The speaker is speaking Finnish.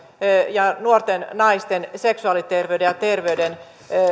ja nuorten naisten seksuaaliterveyden ja terveyden